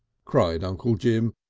cried uncle jim,